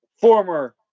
former